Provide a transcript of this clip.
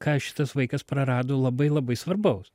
ką šitas vaikas prarado labai labai svarbaus